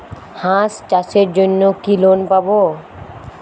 হাঁস চাষের জন্য কি লোন পাব?